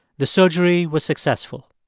the surgery was successful.